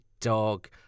dog